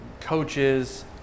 coaches